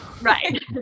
Right